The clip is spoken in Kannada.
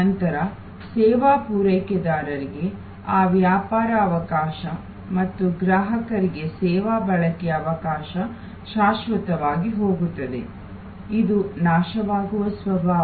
ನಂತರ ಸೇವಾ ಪೂರೈಕೆದಾರರಿಗೆ ಆ ವ್ಯಾಪಾರ ಅವಕಾಶ ಮತ್ತು ಗ್ರಾಹಕರಿಗೆ ಸೇವಾ ಬಳಕೆಯ ಅವಕಾಶ ಶಾಶ್ವತವಾಗಿ ಹೋಗುತ್ತದೆ ಇದು ನಾಶವಾಗುವ ಸ್ವಭಾವ